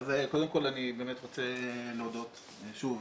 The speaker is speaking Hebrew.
אז קודם כל אני באמת רוצה להודות, שוב,